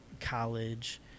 college